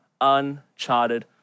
uncharted